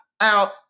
out